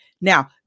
Now